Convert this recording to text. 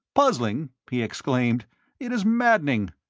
puzzling! he exclaimed it is maddening.